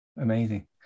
Amazing